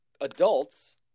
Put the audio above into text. adults